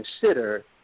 consider